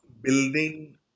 building